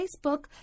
facebook